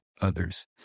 others